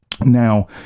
Now